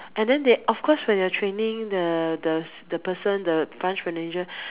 and then they of cause when you're training the the the person the branch manager